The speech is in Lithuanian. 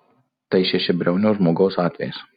tai šešiabriaunio žmogaus atvejis